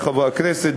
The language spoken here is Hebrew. חברי חברי הכנסת,